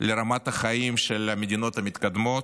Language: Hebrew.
לרמת החיים של המדינות המתקדמות,